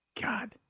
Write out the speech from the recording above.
God